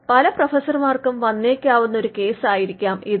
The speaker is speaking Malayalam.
പല പ്രൊഫസർമാർക്കും വന്നേക്കാവുന്ന ഒരു കേസായിരിക്കാം ഇത്